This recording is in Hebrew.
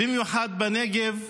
במיוחד בנגב,